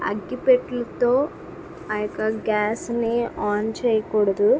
అగ్గి పెట్టెలతో ఆ యొక్క గ్యాస్ని ఆన్ చెయ్యకూడదు